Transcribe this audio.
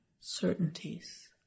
certainties